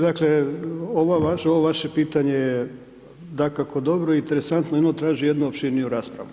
Dakle, ovo vaše pitanje je dakako dobro, interesantno, ono traži jednu opširniju raspravu.